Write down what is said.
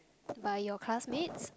by your classmates